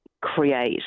create